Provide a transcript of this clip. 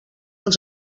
els